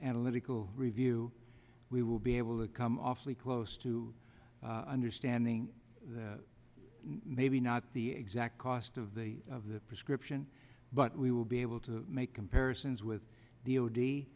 analytical review we will be able to come awfully close to understanding maybe not the exact cost of the of the prescription but we will be able to make comparisons with